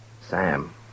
Sam